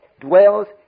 dwells